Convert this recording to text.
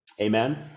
Amen